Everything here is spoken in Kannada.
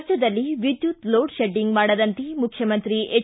ರಾಜ್ವದಲ್ಲಿ ವಿದ್ಯುತ್ ಲೋಡ್ ಶೆಡ್ಡಿಂಗ್ ಮಾಡದಂತೆ ಮುಖ್ಯಮಂತ್ರಿ ಹೆಚ್